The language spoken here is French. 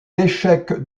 l’échec